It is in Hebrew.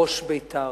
ראש בית"ר.